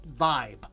vibe